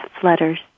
flutters